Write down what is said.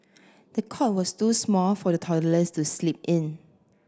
the cot was too small for the toddler to sleep in